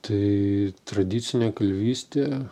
tai tradicinė kalvystė